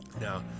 Now